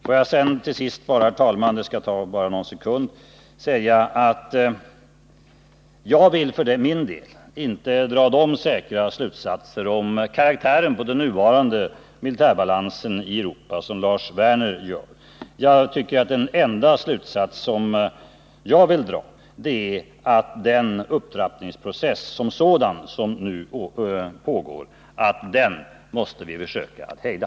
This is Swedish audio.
Får jag till sist, fru talman, säga att jag för min del inte drar de säkra slutsatser om karaktären på den nuvarande militärbalansen i Europa som Lars Werner gör. Den enda slutsats jag vill dra är att det är upptrappningsprocessen som sådan vi nu måste hejda.